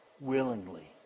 willingly